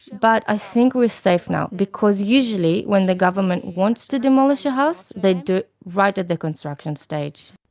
but i think we're safe now because usually when the government wants to demolish a house, they do it right at the construction stage.